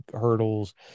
hurdles